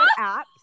apps